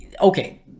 okay